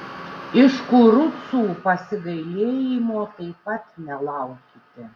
iš kurucų pasigailėjimo taip pat nelaukite